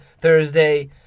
Thursday